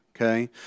Okay